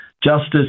justice